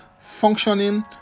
functioning